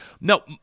No